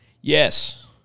Yes